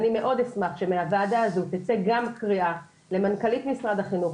ואני מאוד אשמח שמהוועדה הזו תצא גם קריאה למנכ"לית משרד החינוך,